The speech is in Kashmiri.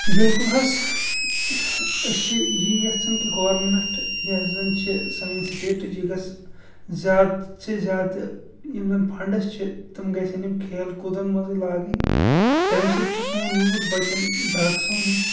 بالکل حظ أسۍ چھِ یی یَژھان کہ گورنمیںٹ یۄس زَن چھِ سٲنۍ سِٹیٹٕچ یہِ گٔژھ زیادٕ سے زیادٕ یِم زَن فَنڈٕس چھِ تِم گژھن یِم کھیل کوٗدَن منٛزٕے لاگٕنۍ تَمہِ سۭتۍ چھُ سون یوٗتھ بَچان ڈرٛگسو نِش